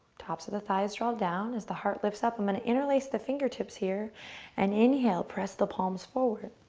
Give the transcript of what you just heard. tops of the thighs rolled down as the heart lifts up. i'm going to interlace the fingertips here and inhale and press the palms forward.